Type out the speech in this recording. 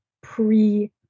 pre-